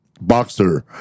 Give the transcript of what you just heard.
Boxer